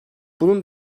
bunun